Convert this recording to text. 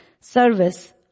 service